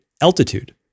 altitude